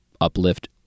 uplift